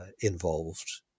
involved